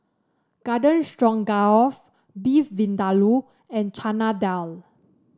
Garden Stroganoff Beef Vindaloo and Chana Dal